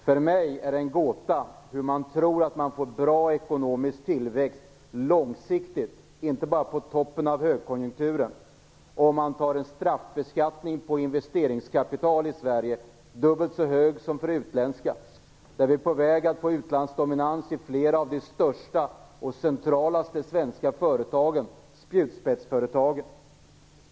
För mig är det en gåta att man tror att man får bra ekonomisk tillväxt långsiktigt, inte bara på toppen av högkonjunkturen, om man inför en straffbeskattning på investeringskapital i Sverige som är dubbelt så hög som för utländska investeringar. Vi är på väg att få utlandsdominans i flera av de största och mest centrala svenska företagen - spjutspetsföretagen.